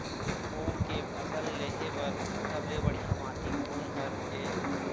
मूंग के फसल लेहे बर सबले बढ़िया माटी कोन हर ये?